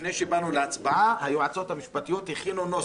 לפני שבאנו להצבעה, היועצות המשפטיות הכינו נוסח.